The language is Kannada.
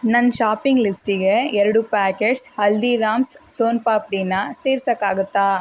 ನನ್ನ ಶಾಪಿಂಗ್ ಲಿಸ್ಟಿಗೆ ಎರಡು ಪ್ಯಾಕೆಟ್ಸ್ ಹಲ್ದೀರಾಮ್ಸ್ ಸೋನ್ ಪಾಪ್ಡಿನ ಸೇರ್ಸೋಕ್ಕಾಗತ್ತಾ